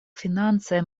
financaj